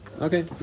okay